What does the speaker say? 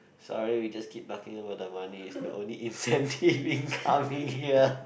sorry we just keep talking about the money it's the only incentive in coming here